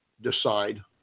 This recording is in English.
decide